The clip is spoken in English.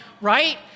Right